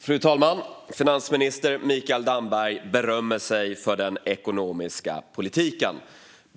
Fru talman! Finansminister Mikael Damberg berömmer sig för den ekonomiska politiken.